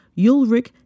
Ulrich